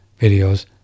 videos